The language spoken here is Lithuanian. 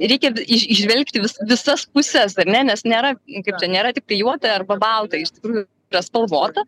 reikia į įžvelgti vi visas puses ar ne nes nėra kaip čia nėra tik juoda arba balta iš tikrųjų yra spalvota